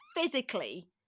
physically